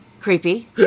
Creepy